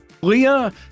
Leah